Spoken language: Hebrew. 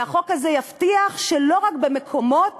והחוק הזה יבטיח שלא רק במקומות